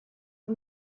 for